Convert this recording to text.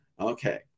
Okay